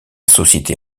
société